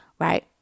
Right